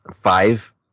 five